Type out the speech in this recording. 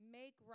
make